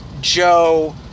Joe